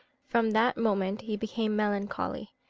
from that moment he became melancholy.